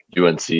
UNC